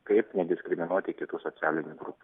kaip nediskriminuoti kitų socialinių grupių